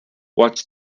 watch